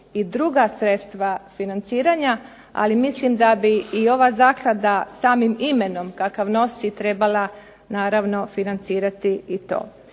i druga sredstva financiranja, ali mislim da bi i ova zaklada samim imenom kakav nosi trebala naravno financirati i to.